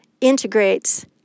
integrates